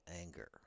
anger